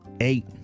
Eight